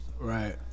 Right